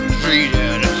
treated